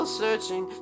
searching